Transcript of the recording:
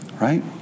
Right